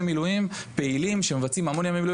מילואים פעילים שמבצעים המון ימי מילואים.